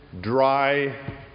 dry